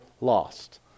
lost